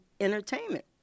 entertainment